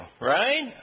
right